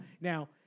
Now